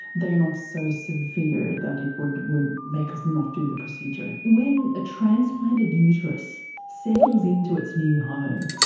they are not so severe that it would would make us not do the procedure. when a transplanted uterus settles into its new home,